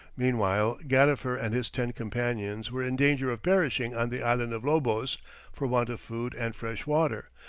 meanwhile, gadifer and his ten companions were in danger of perishing on the island of lobos for want of food and fresh water,